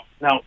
now